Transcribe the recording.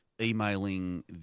emailing